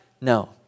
No